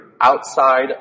outside